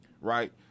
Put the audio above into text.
right